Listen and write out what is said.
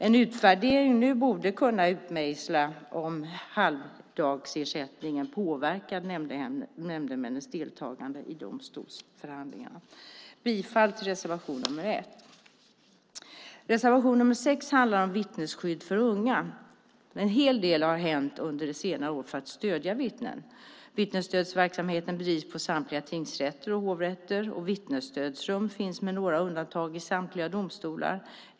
En utvärdering nu borde kunna utmejsla om halvdagsersättningen påverkat nämndemännens deltagande i förhandlingarna. Jag yrkar bifall till reservation nr 1. Reservation nr 6 handlar om vittnesskydd för unga. En hel del har hänt under senare år för att stödja vittnen. Vittnesstödsverksamheten bedrivs i samtliga tingsrätter och hovrätter, och vittnesstödsrum finns med några undantag i samtliga domstolar.